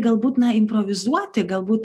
galbūt na improvizuoti galbūt